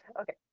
Okay